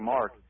Mark